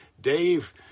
dave